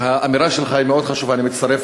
האמירה שלך היא מאוד חשובה, אני מצטרף